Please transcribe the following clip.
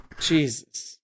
Jesus